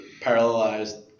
parallelized